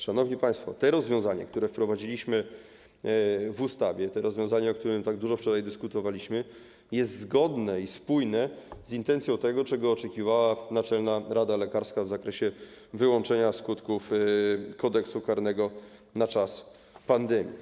Szanowni państwo, to rozwiązanie, które wprowadziliśmy w ustawie, to rozwiązanie, o którym tak dużo wczoraj dyskutowaliśmy, jest zgodne i spójne z intencją, z tym, czego oczekiwała Naczelna Rada Lekarska w zakresie wyłączenia skutków Kodeksu karnego na czas pandemii.